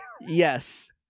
Yes